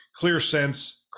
ClearSense